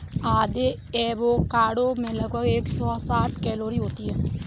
आधे एवोकाडो में लगभग एक सौ साठ कैलोरी होती है